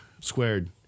squared